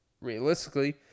Realistically